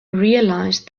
realized